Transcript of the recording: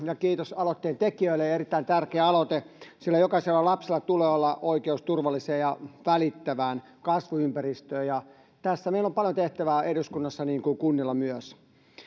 kiitos aloitteen tekijöille tämä on erittäin tärkeä aloite sillä jokaisella lapsella tulee olla oikeus turvalliseen ja välittävään kasvuympäristöön ja tässä meillä on paljon tehtävää eduskunnassa niin kuin kunnilla myös